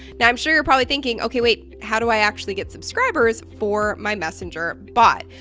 now i'm sure you're probably thinking, okay, wait how do i actually get subscribers for my messenger bot?